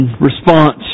response